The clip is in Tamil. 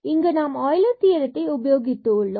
இங்கு நாம் ஆய்லர் தியரத்தை உபயோகித்து உள்ளோம்